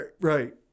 right